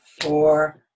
four